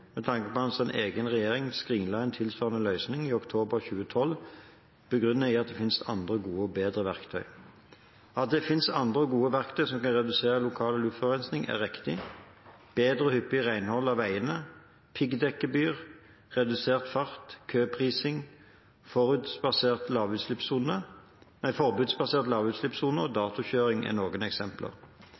med tanke på at hans egen regjering skrinla en tilsvarende løsning i oktober 2012, begrunnet i at det finnes andre, gode og bedre verktøy. At det finnes andre, gode verktøy som kan redusere lokal luftforurensning, er riktig: Bedre og hyppigere renhold av veiene, piggdekkgebyr, redusert fart, køprising, forbudsbasert lavutslippssone og datokjøring er noen eksempler.